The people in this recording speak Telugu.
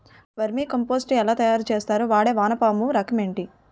వెర్మి కంపోస్ట్ ఎలా తయారు చేస్తారు? వాడే వానపము రకం ఏంటి?